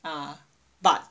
ah but